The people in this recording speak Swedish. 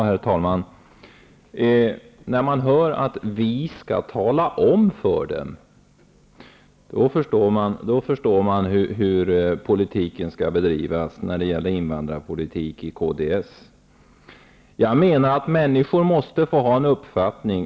Herr talman! Tala om för dem, sägs det från kds. När man hör kds säga det förstår man hur invandrarpolitiken där bedrivs. Jag menar att människor måste få ha en uppfattning.